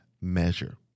measure